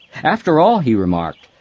after all, he remarked,